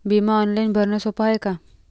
बिमा ऑनलाईन भरनं सोप हाय का?